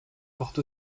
porte